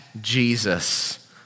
Jesus